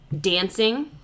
Dancing